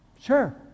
Sure